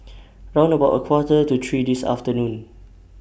round about A Quarter to three This afternoon